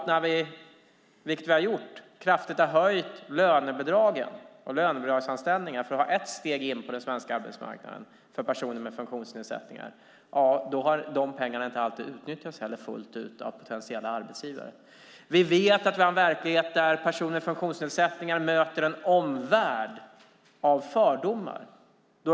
När vi har kraftigt höjt lönebidragen och antalet lönebidragsanställningar för att ha ett steg in på arbetsmarknaden för personer med funktionsnedsättningar har de pengarna inte alltid utnyttjats fullt ut av potentiella arbetsgivare. Vi vet att vi har en verklighet där personer med funktionsnedsättningar möter en omvärld av fördomar.